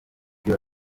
ibyo